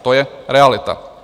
To je realita.